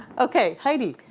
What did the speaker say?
okay, heidi.